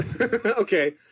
Okay